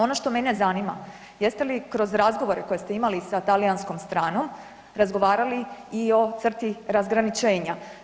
Ono što mene zanima, jeste li kroz razgovore koje ste imali sa talijanskom stranom razgovarali i o crti razgraničenja?